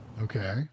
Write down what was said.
Okay